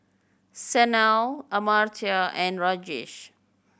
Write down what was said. Sanal Amartya and Rajesh